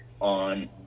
on